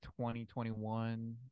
2021